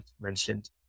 mentioned